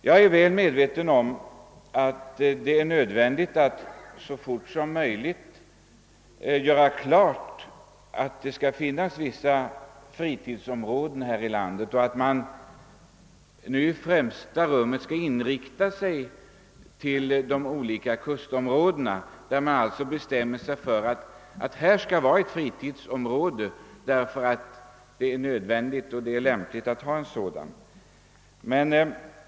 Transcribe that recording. Jag är väl medveten om att det är nödvändigt att så fort som möjligt klargöra att det skall finnas vissa fritidsområden här i landet och att man nu i främsta rummet skall inrikta sig på de olika kustområdena, där man alltså bestämmer sig för att på den och den platsen skall det vara ett fritidsområde därför att det är nödvändigt och lämpligt att ha ett sådant.